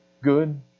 good